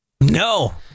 No